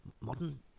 modern